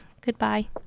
Goodbye